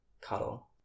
Cuddle